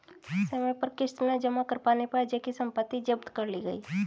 समय पर किश्त न जमा कर पाने पर अजय की सम्पत्ति जब्त कर ली गई